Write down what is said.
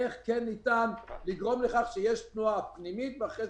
איך ניתן לגרום לכך שיש תנועה פנימית ואחר